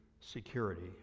security